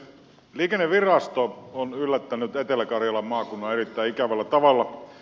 liikennevirasto on yllättänyt etelä karjalan maakunnan erittäin ikävällä tavalla